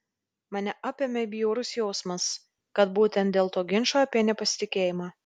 mane apėmė bjaurus jausmas kad būtent dėl to ginčo apie nepasitikėjimą